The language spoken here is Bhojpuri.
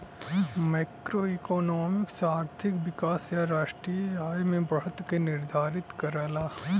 मैक्रोइकॉनॉमिक्स आर्थिक विकास या राष्ट्रीय आय में बढ़त के निर्धारित करला